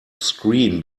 screen